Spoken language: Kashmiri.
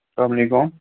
سلام علیکُم